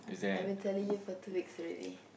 I've been telling you for two weeks already